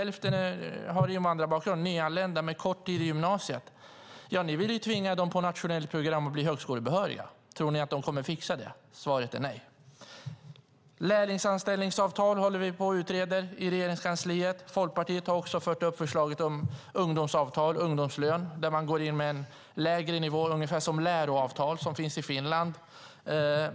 Hälften av dem har invandrarbakgrund och är nyanlända med kort tid i gymnasiet bakom sig. Dem vill ni tvinga in på nationella program så att de ska bli högskolebehöriga. Kommer de att fixa det? Svaret är nej. Lärlingsanställningsavtal håller på att utredas i Regeringskansliet. Folkpartiet har också fört fram förslaget om ungdomsavtal, ungdomslön, där man går in på en lägre nivå, ungefär som med de läroavtal som finns i Finland.